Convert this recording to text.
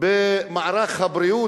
במערך הבריאות